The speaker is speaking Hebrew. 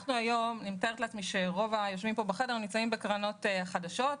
אני מתארת לעצמי שרוב היושבים פה בחדר נמצאים בקרנות חדשות.